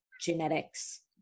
genetics